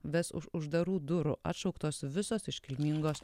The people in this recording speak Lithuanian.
ves už uždarų durų atšauktos visos iškilmingos